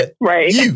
Right